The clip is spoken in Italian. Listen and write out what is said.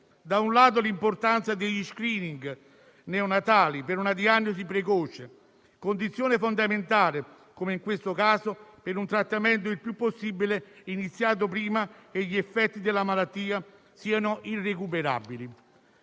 da un lato, l'importanza degli *screening* neonatali per una diagnosi precoce, condizione fondamentale, come in questo caso, per un trattamento il più possibile iniziato prima che gli effetti della malattia siano irrecuperabili;